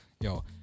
yo